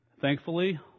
thankfully